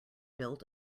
built